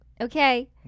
okay